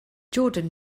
jordan